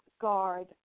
guard